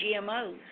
GMOs